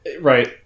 right